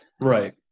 Right